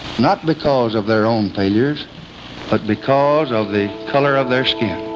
not because of their own failures but because of the colour of their skin.